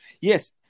yes